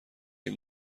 این